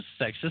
sexist